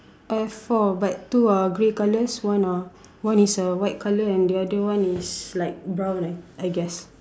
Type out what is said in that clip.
I have four but two are grey colours one are one is a white colour and the other one is like brown I guess